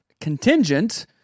contingent